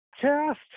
Cast